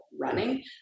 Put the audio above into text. running